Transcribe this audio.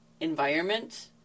environment